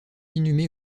inhumée